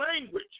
language